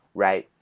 right?